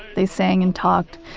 they sang and talked.